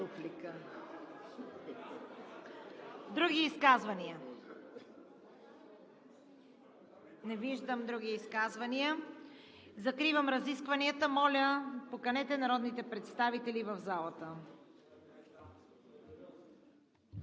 Други изказвания? Не виждам. Закривам разискванията. Моля, поканете народните представители в залата.